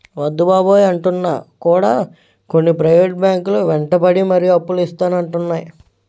వద్దు బాబోయ్ అంటున్నా కూడా కొన్ని ప్రైవేట్ బ్యాంకు లు వెంటపడి మరీ అప్పులు ఇత్తానంటున్నాయి